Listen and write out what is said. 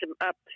up